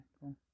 cool